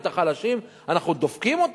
ואת החלשים אנחנו דופקים?